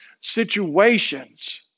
situations